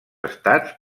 estats